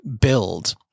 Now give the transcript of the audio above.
build